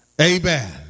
Amen